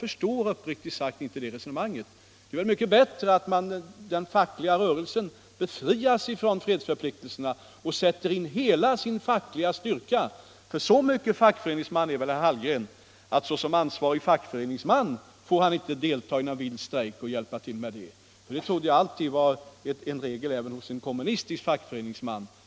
Det måste väl vara mycket bättre att den fackliga rörelsen befrias från fredsförpliktelserna och i stället sätter in hela sin styrka. Herr Hallgren är väl så mycket fackföreningsman att han känner till att han som ansvarig sådan inte får delta i eller uppmuntra till någon vild strejk. Denna regel trodde jag gällde även för en kommunistisk fackföreningsman.